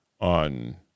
on